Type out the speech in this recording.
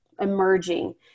emerging